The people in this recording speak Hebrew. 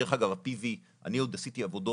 דרך אגב, לגבי ה-PV, אני עוד עשיתי עבודות